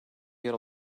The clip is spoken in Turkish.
yer